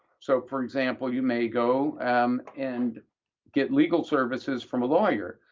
so, for example, you may go and get legal services from a lawyer.